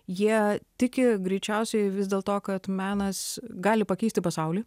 jie tiki greičiausiai vis dėl to kad menas gali pakeisti pasaulį